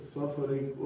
suffering